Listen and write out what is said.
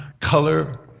color